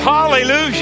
Hallelujah